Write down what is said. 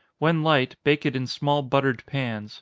when light, bake it in small buttered pans